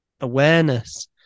awareness